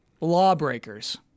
Lawbreakers